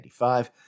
1985